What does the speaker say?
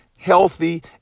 healthy